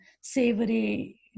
savory